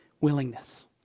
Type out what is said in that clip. willingness